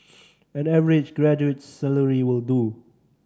an average graduate's salary will do